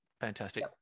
Fantastic